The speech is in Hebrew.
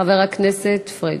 חבר הכנסת פריג',